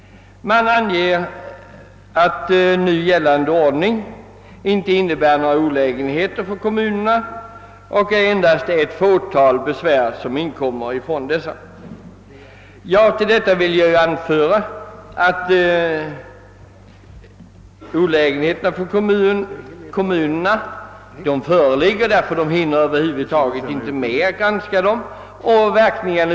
Man anger att nu gällande ordning inte innebär någon olägenhet för kommunerna och att endast ett fåtal besvär från dessa inkommit. Olägenheter föreligger enär kommunerna över huvud taget inte hinner med att granska taxeringarna.